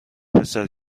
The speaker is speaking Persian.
پسر